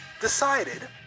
decided